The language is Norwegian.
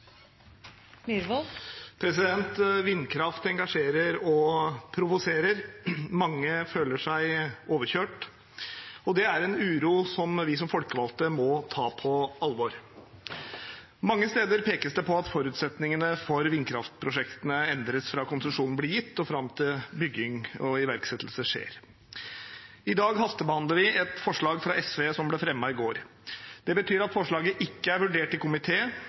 vareteke. Vindkraft engasjerer og provoserer. Mange føler seg overkjørt. Det er en uro som vi som folkevalgte må ta på alvor. Mange steder pekes det på at forutsetningene for vindkraftprosjektene endres fra konsesjon blir gitt, og fram til bygging og iverksettelse skjer. I dag hastebehandler vi et forslag fra SV som ble fremmet i går. Det betyr at forslaget ikke er vurdert i